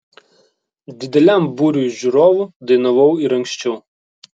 dideliam būriui žiūrovų dainavau ir anksčiau